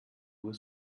uhr